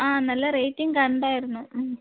ആ നല്ല റേറ്റിങ്ങ് കണ്ടിരുന്നു ഉം